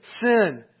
sin